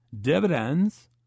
dividends